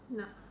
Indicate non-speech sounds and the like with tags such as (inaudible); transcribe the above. (noise)